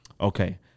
Okay